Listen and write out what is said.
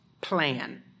plan